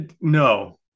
no